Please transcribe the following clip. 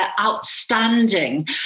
outstanding